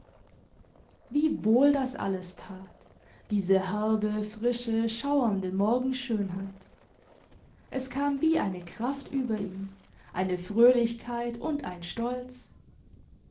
wie wohl das alles tat diese herbe frische schauernde morgenschönheit es kam eine kraft über ihn eine fröhlichkeit und ein stolz